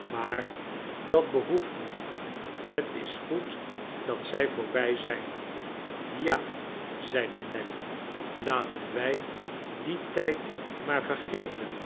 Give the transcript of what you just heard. maar dat behoeft niet het is goed dat zij voorbij zijn ja zeide nelly laten wij dien tijd maar vergeten